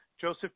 joseph